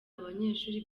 abanyeshuri